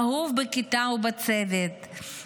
אהוב בכיתה ובצוות,